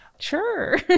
Sure